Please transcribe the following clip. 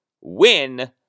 win